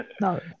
No